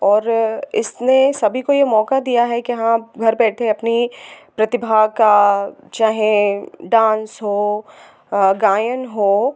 और इसने सभी को यह मौका दिया है कि हाँ आप घर बैठे अपनी प्रतिभा का चाहे डांस हो गायन हो